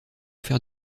faire